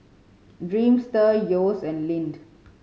Dreamster Yeo's and Lindt